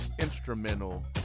instrumental